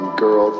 girl